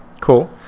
Cool